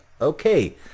Okay